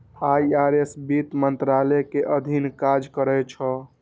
IRS वित्त मंत्रालय के अधीन काज करै छै